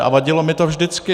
A vadilo mi to vždycky.